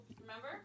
remember